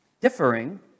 differing